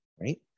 right